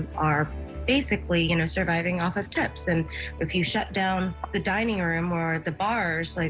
are basically you know surviving off ah tips, and a few shutdowns, the dining room or the bars, like